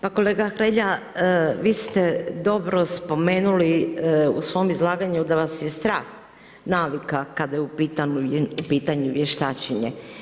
Pa kolega Hrelja, vi ste dobro spomenuli u svom izlaganju da vas je strah navika kada je u pitanju vještačenje.